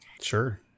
Sure